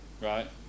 right